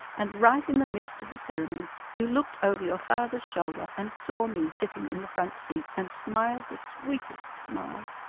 and right in the midst of the ceremony you looked over your father's shoulder, and saw me sitting in the front seat, and smiled the sweetest smile!